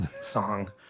song